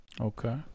Okay